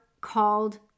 called